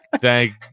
thank